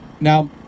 Now